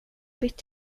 bytt